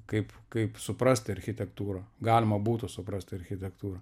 kaip kaip suprasti architektūrą galima būtų suprasti architektūrą